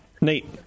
Nate